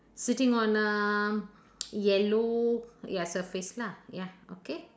sitting on uh yellow ya surface lah ya okay